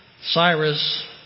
Cyrus